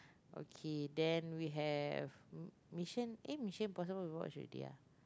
okay then we have m~ mission eh Mission-Impossible we watched already ah